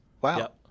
Wow